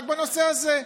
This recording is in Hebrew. רק בנושא הזה.